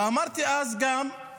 וגם אמרתי אז שדמוקרטיה,